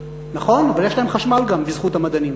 נכון, אבל יש להם גם חשמל בזכות המדענים.